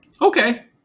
Okay